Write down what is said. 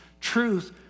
Truth